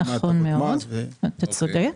נכון, אתה צודק.